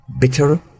bitter